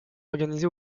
organisé